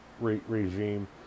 regime